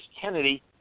Kennedy